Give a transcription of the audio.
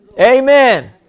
Amen